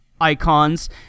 icons